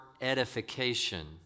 edification